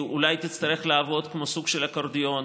היא אולי תצטרך לעבוד כמו סוג של אקורדיון: